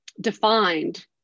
defined